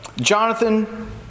Jonathan